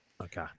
Okay